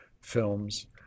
films